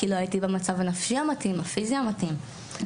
כי לא הייתי במצב הנפשי המתאים הפיזי המתאים.